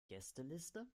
gästeliste